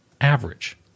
average